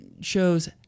shows